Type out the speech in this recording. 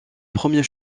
premier